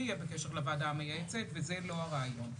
יהיה בקשר לוועדה המייעצת וזה לא הרעיון.